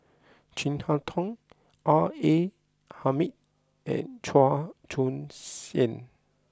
Chin Harn Tong R A Hamid and Chua Joon Siang